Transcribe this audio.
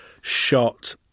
shot